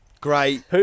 Great